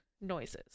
noises